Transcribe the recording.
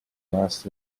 last